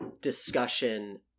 discussion